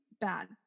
bad